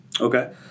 Okay